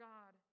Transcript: God